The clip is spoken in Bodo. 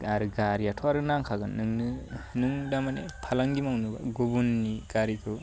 गारि गारियाथ' आरो नांखागोन नोंनो नों दा माने फालांगि मावनोबा गुबुननि गारिखौ